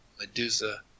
Medusa